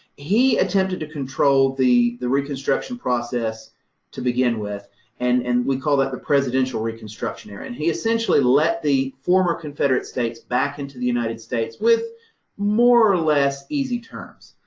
he attempted to control the the reconstruction process to begin with and and we call that the presidential reconstruction era. and he essentially let the former confederate states back into the united states, with more or less easy terms.